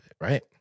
Right